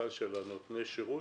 שבמכרז של נותני השירות